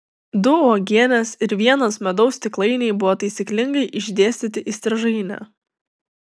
du uogienės ir vienas medaus stiklainiai buvo taisyklingai išdėstyti įstrižaine